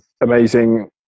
amazing